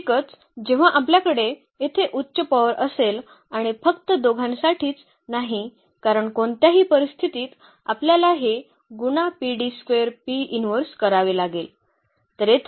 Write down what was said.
साहजिकच जेव्हा आपल्याकडे येथे उच्च पॉवर असेल आणि फक्त दोघांसाठीच नाही कारण कोणत्याही परिस्थितीत आपल्याला हे गुणा करावे लागेल